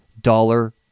dollar